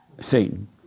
Satan